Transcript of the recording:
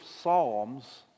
Psalms